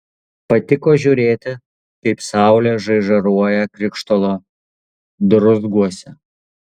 patiko žiūrėti kaip saulė žaižaruoja krištolo druzguose